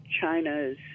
China's